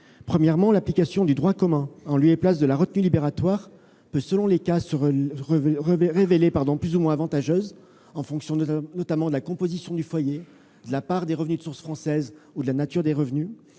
Premièrement, l'application du droit commun, en lieu et place de la retenue libératoire, peut selon les cas se révéler plus ou moins avantageuse, en fonction, notamment, de la composition du foyer, de la part des revenus de source française ou de la nature des revenus.